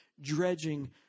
dredging